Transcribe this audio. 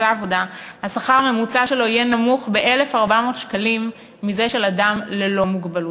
השכר הממוצע שלו יהיה נמוך ב-1,400 שקלים מזה של אדם ללא מוגבלות,